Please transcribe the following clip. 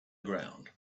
ground